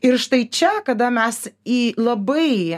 ir štai čia kada mes į labai